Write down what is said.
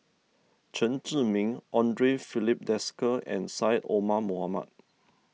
Chen Zhiming andre Filipe Desker and Syed Omar Mohamed